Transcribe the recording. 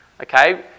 Okay